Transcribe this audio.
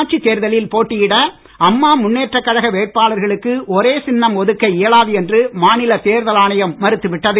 உள்ளாட்சி தேர்தலில் போட்டியிட அம்மா முன்னேற்றக் தமிழக கழக வேட்பாளர்களுக்கு ஒரே சின்னம் ஒதுக்க இயலாது என்று மாநில தேர்தல் ஆணையம் மறுத்துவிட்டது